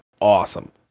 awesome